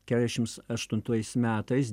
keturiasdešims aštuntais metais